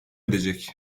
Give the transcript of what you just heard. edecek